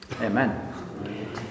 Amen